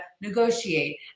negotiate